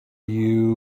you